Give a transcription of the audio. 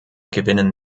gewinnen